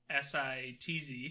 SITZ